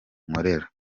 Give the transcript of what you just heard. nkorera